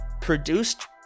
produced